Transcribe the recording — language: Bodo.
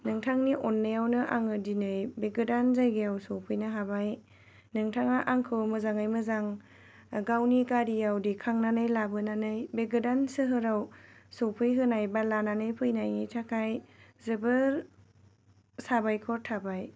नोंथांनि अननायावनो आङो दिनै बे गोदान जायगायाव सफैनो हाबाय नोंथाङा आंखौ मोजाङै मोजां गावनि गारिआव दैखांनानै लाबोनानै बे गोदान सोहोराव सफैहोनाय बा लानानै फैनायनि थाखाय जोबोर साबायखर थाबाय